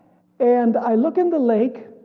and i look in the lake